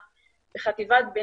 מתמשכת,